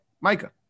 Micah